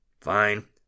Fine